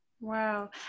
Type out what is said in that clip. Wow